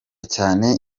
cyane